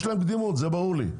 יש להם קדימות זה ברור לי,